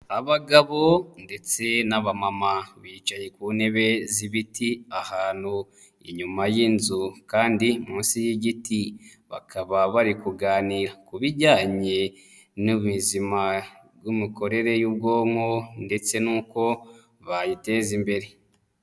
Abagabo ndetse n'abamama bicaye ku ntebe z'ibiti ahantu inyuma y'inzu kandi munsi y'igiti bakaba bari kuganira ku bijyanye n'ubuzima bw'imikorere y'ubwonko ndetse nuko bayiteza imbere.